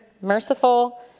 merciful